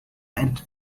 and